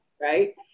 Right